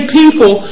people